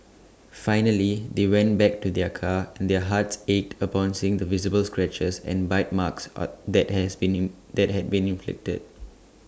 finally they went back to their car and their hearts ached upon seeing the visible scratches and bite marks are that has been that had been inflicted